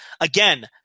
Again